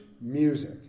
music